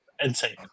insane